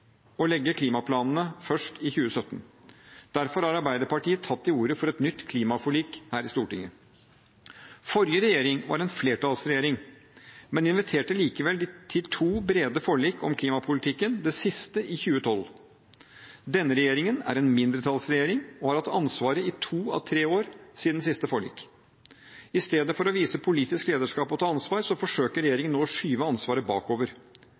å legge klimaplanene først i 2017. Derfor har Arbeiderpartiet tatt til orde for et nytt klimaforlik her i Stortinget. Forrige regjering var en flertallsregjering, men inviterte likevel til to brede forlik om klimapolitikken, det siste i 2012. Denne regjeringen er en mindretallsregjering og har hatt ansvaret i to av tre år siden forrige forlik. I stedet for å vise politisk lederskap og ta ansvar, forsøker regjeringen nå å skyve ansvaret bakover.